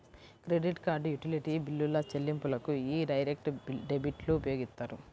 credit card, utility బిల్లుల చెల్లింపులకు యీ డైరెక్ట్ డెబిట్లు ఉపయోగిత్తారు